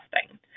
testing